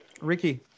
Ricky